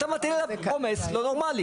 אתה מטיל עליו עומס לא נורמלי.